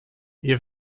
ihr